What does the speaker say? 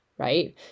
Right